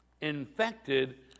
infected